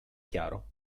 chiaro